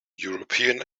european